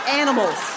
animals